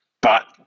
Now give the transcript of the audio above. But-